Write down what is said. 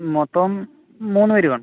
മൊത്തം മൂന്ന് പേർ കാണും